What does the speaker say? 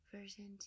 Version